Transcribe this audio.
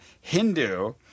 Hindu